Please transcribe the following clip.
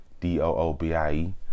D-O-O-B-I-E